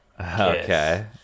Okay